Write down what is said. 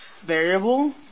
variable